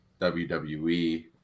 wwe